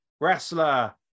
wrestler